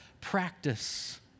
practice